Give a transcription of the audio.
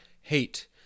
hate